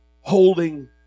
holding